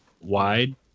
wide